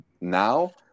now